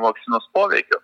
vakcinos poveikio